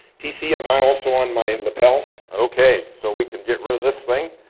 tc, am i also on my lapel? okay, so we can get rid of this thing.